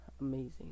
amazing